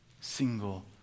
single